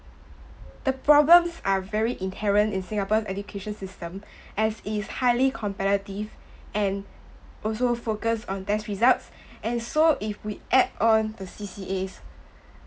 the problems are very inherent in singapore education system as is highly competitive and also focus on test results and so if we add on the C_C_As